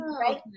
right